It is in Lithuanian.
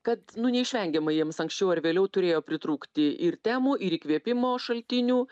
kad nu neišvengiamai jiems anksčiau ar vėliau turėjo pritrūkti ir temų ir įkvėpimo šaltinių